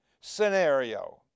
scenario